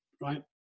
right